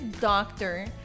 doctor